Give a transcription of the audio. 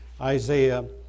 Isaiah